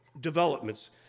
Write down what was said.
developments